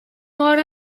hora